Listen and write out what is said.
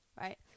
right